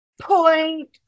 point